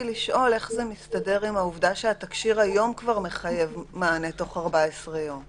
איך זה מסתדר עם העובדה שהתקשי"ר כבר היום מחייב מענה בתוך 14 יום,